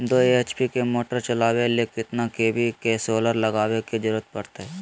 दो एच.पी के मोटर चलावे ले कितना के.वी के सोलर लगावे के जरूरत पड़ते?